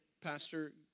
pastor